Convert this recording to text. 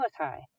Malachi